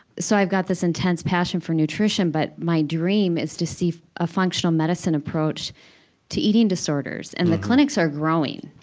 so i've got this intense passion for nutrition, but my dream is to see a functional medicine approach to eating disorders. and the clinics are growing.